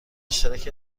اشتراک